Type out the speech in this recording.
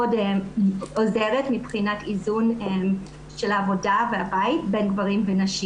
עוזר מבחינת איזון של העבודה והבית בין גברים לנשים.